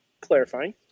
Clarifying